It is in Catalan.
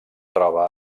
troba